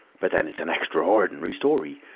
but then, it's an extra-ordinary story.